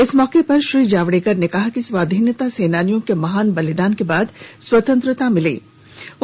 इस मौके पर श्री जावडेकर ने कहा कि स्वाधीनता सेनानियों के महान बलिदान के बाद स्वतंत्रता मिली थी